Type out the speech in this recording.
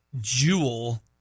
Jewel